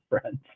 friends